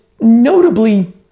notably